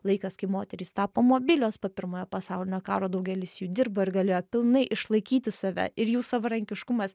laikas kai moterys tapo mobilios po pirmojo pasaulinio karo daugelis jų dirbo ir galėjo pilnai išlaikyti save ir jų savarankiškumas